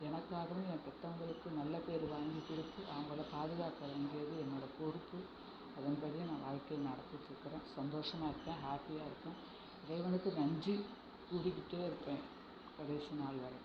எனக்காகவும் என் பெற்றவங்களுக்கும் நல்ல பேர் வாங்கிக் கொடுத்து அவங்களை பாதுகாக்க வேண்டியது என்னோடய பொறுப்பு அதன்படியும் நான் வாழ்க்கையை நடத்திகிட்ருக்கறேன் சந்தோஷமாக இருக்கேன் ஹாப்பியாக இருக்கேன் இறைவனுக்கு நன்றி கூறிக்கிட்டே இருப்பேன் கடைசி நாள் வரை